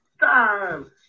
time